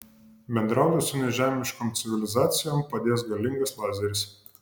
bendrauti su nežemiškom civilizacijom padės galingas lazeris